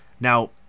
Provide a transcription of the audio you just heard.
now